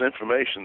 information